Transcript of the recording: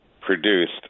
produced